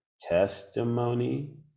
testimony